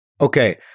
Okay